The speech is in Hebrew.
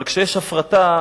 אבל כשיש הפרטה,